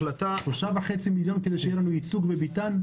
3.5 מיליון כדי שיהיה לנו ייצוג בביתן?